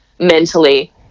mentally